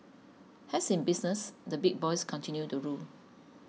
as in business the big boys continue to rule